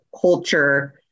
culture